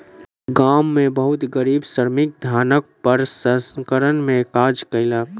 गाम में बहुत गरीब श्रमिक धानक प्रसंस्करण में काज कयलक